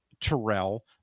terrell